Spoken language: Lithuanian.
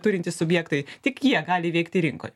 turintys subjektai tik jie gali veikti rinkoj